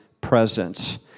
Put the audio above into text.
presence